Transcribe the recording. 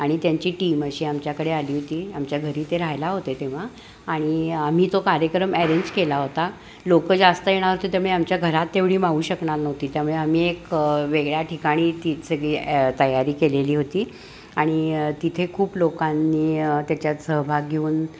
आणि त्यांची टीम अशी आमच्याकडे आली होती आमच्या घरी ते राहायला होते तेव्हा आणि आम्ही तो कार्यक्रम ॲरेंज केला होता लोक जास्त येणार होती त्यामुळे आमच्या घरात तेवढी मावू शकणार नव्हती त्यामुळे आम्ही एक वेगळ्या ठिकाणी ती सगळी ॲ तयारी केलेली होती आणि तिथे खूप लोकांनी त्याच्यात सहभाग घेऊन